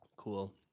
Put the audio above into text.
cool